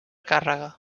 càrrega